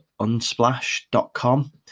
unsplash.com